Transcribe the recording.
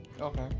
Okay